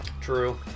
True